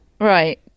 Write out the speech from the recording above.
Right